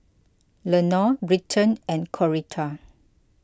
Lenore Britton and Coretta